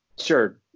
sure